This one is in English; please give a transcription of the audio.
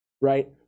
right